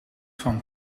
van